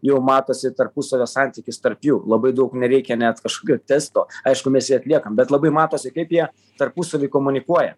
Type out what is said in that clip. jau matosi tarpusavio santykis tarp jų labai daug nereikia net kažkokio testo aišku mes jį atliekam bet labai matosi kaip jie tarpusavy komunikuoja